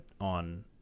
on